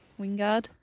Wingard